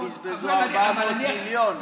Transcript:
ובזבזו 400 מיליון,